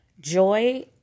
joy